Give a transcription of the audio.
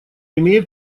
имеет